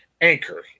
Anchor